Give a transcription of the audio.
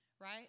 right